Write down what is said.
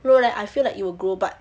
no leh I feel that it will grow but